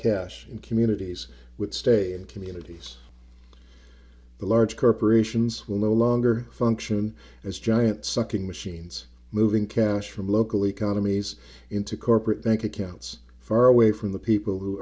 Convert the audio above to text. cash in communities would stay and communities the large corporations will no longer function as giant sucking machines moving cash from local economies into corporate bank accounts far away from the people who